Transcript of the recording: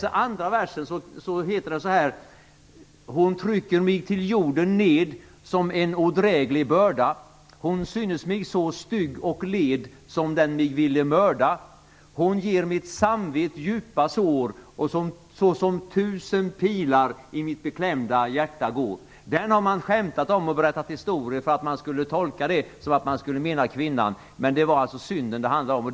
I andra versen heter det så här: "Hon trycker mig till jorden ned Som en odräglig börda. Hon synes mig så stygg och led Som den där mig vill mörda: Hon ger mitt samvet djupa sår Och såsom tusen pilar står I mitt beklämda hjärta." Man har skämtat och berättat historier om denna psalm. Man tolkade psalmen så, att det var kvinnan som avsågs, men det är alltså synden det handlar om.